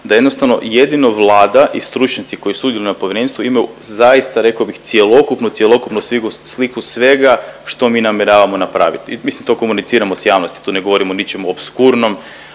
da jednostavno jedino Vlada i stručnjaci koji sudjeluju na povjerenstvu imaju zaista rekao bih cjelokupnu, cjelokupnu sliku svega što mi namjeravamo napravit i mi si to komuniciramo s javnosti tu ne govorim o ničem opskurnom